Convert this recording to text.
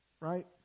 Right